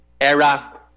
Era